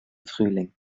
frühling